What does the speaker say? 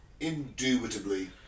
Indubitably